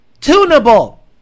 tunable